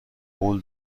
قول